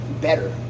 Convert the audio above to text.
better